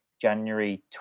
January